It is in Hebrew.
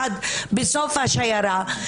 אחד בסוף השיירה,